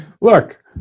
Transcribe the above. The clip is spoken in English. Look